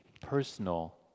personal